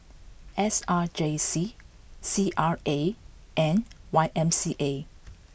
S R J C C R A and Y M C A